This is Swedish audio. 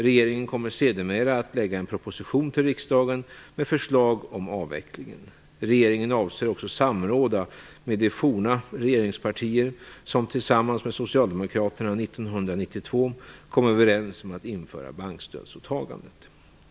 Regeringen kommer sedermera att lägga fram en proposition till riksdagen med förslag om avvecklingen. Regeringen avser också samråda med de forna regeringspartier som tillsammans med socialdemokraterna 1992 kom överens om att införa bankstödsåtagandet.